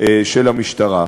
של המשטרה.